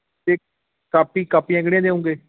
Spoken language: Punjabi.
ਅਤੇ ਕਾਪੀ ਕਾਪੀਆਂ ਕਿਹੜੀਆਂ ਦੇਉਗੇ